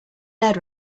ned